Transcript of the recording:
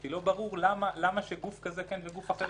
לא ברור למה גוף כזה כן וגוף אחר לא.